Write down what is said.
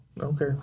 okay